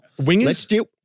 wingers